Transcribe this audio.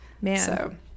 Man